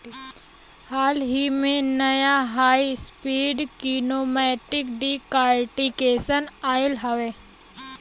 हाल ही में, नया high speed kinematic decortication oil हउवे